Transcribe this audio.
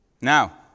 Now